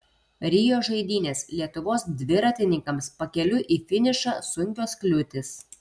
rio žaidynės lietuvos dviratininkams pakeliui į finišą sunkios kliūtys